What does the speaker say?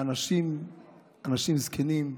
אנשים זקנים,